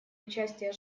участия